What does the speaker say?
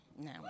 No